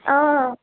অঁ